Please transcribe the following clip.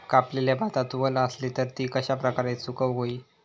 कापलेल्या भातात वल आसली तर ती कश्या प्रकारे सुकौक होई?